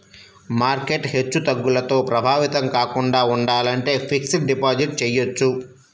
market హెచ్చుతగ్గులతో ప్రభావితం కాకుండా ఉండాలంటే ఫిక్స్డ్ డిపాజిట్ చెయ్యొచ్చు